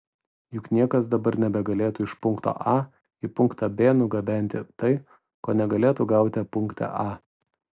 juk niekas dabar nebegalėtų iš punkto a į punktą b nugabenti tai ko negalėtų gauti punkte a